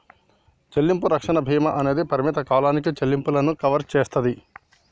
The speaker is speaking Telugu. చెల్లింపు రక్షణ భీమా అనేది పరిమిత కాలానికి చెల్లింపులను కవర్ చేస్తాది